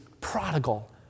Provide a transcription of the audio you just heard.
prodigal